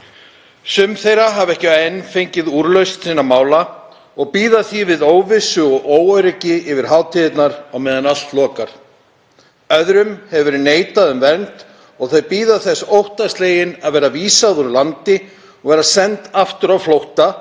Sum þeirra hafa ekki enn fengið úrlausn sinna mála og bíða því í óvissu og óöryggi yfir hátíðirnar á meðan allt lokar. Öðrum hefur verið neitað um vernd og þau bíða þess óttaslegin að vera vísað úr landi og send aftur á flótta